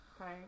Okay